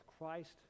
Christ